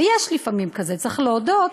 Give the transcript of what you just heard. ויש לפעמים כזה, צריך להודות,